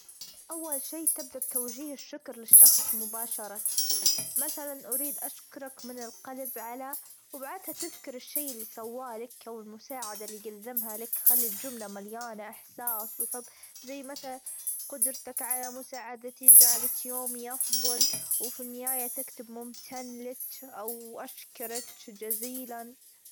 أول شي تبدا بتوجيه الشكر لشخص مباشرةً مثلًا اريد أشكرك من القلب على وبعدها تذكر الشي اللي سواليك، أو المساعدة اللي جزمها لك خلي الجملة مليانه إحساس وحب زي مثلًا قدرتك على مساعدتي جالتش يومي أفظل وفي النهاية تكتب ممتن لك، أو أشكرك جزيلًا.